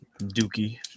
dookie